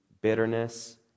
bitterness